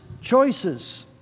choices